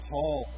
Paul